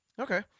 Okay